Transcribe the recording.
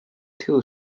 two